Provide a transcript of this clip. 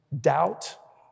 doubt